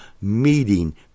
meeting